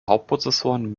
hauptprozessoren